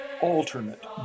alternate